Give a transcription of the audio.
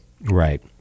Right